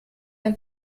ein